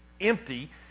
empty